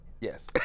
Yes